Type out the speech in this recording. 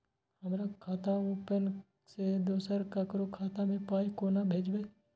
हमरा आपन खाता से दोसर ककरो खाता मे पाय कोना भेजबै?